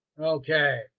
Okay